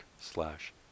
slash